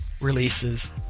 releases